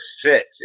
fit